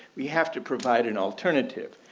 we have to provide an alternative,